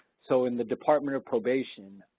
so in the department of probation,